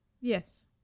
yes